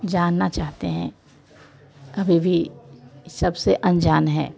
जानना चाहते हैं अभी भी सबसे अंजान है